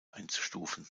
einzustufen